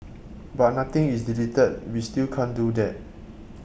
but nothing is deleted we still can't do that